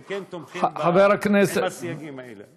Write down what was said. אם כן, תומכים עם הסייגים האלה.